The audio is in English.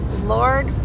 Lord